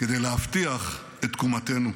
כדי להבטיח את תקומתנו.